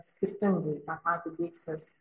skirtingai tą patį deiksės